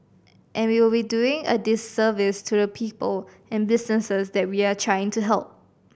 and we will be doing a disservice to the people and businesses that we are trying to help